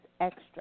extra